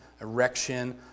erection